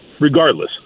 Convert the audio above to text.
regardless